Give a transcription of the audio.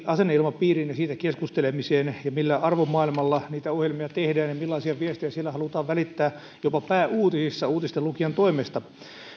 asenneilmapiiriin ja siitä keskustelemiseen millä arvomaailmalla ohjelmia tehdään ja millaisia viestejä siellä halutaan välittää jopa pääuutisissa uutistenlukijan toimesta myös